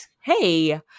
hey